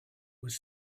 was